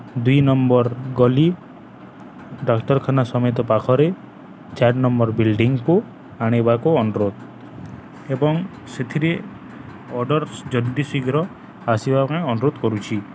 ଦୁଇ ନମ୍ବର୍ ଗଲି ଡାକ୍ତରଖାନା ସମ୍ମୁଖ ପାଖରେ ଚାର ନମ୍ବର୍ ବିଲ୍ଡିଂକୁୁ ଆଣିବାକୁ ଅନୁରୋଧ ଏବଂ ସେଥିରେ ଅର୍ଡ଼ର୍ ଜଲ୍ଦି ଶୀଘ୍ର ଆସିବା ପାଇଁ ଅନୁରୋଧ କରୁଛି